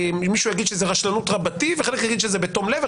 שמישהו יגיד שזה רשלנות רבתי וחלק יגידו שזה בתום לב,